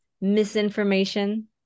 misinformation